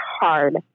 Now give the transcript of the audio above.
hard